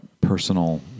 personal